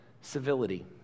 civility